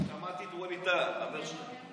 שמעתי את ווליד טאהא, חבר שלך.